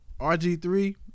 RG3